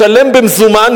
לשלם במזומן,